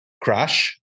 crash